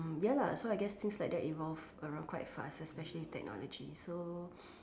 ya lah so I guess things like that evolve quite fast especially technology so